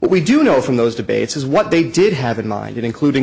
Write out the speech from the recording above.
what we do know from those debates is what they did have in mind including the